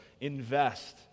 invest